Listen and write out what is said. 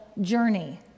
journey